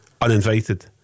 Uninvited